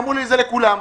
אמרו לי: זה לכולם.